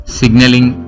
signaling